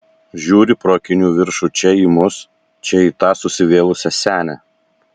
žiūri pro akinių viršų čia į mus čia į tą susivėlusią senę